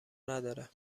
نداره